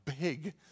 big